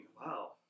Wow